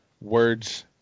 words